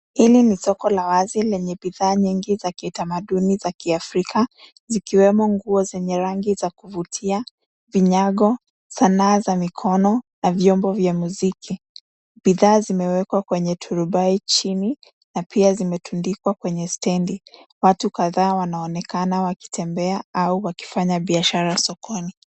Hili ni soko la wazi lenye bidhaa nyingi za kitamaduni za kiafrika zikiwemo nguo zenye rangi za kuvutia, vinyago, sanaa za mikono na vyombo vya muziki. Bidhaa zimewekwa kwenye turubai chini na pia zimetundikwa kwenye stendi. Watu kadhaa wanaonekana wakitembea au wakifanya biashara sokoni.